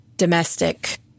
domestic